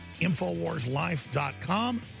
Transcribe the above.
InfoWarsLife.com